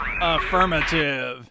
Affirmative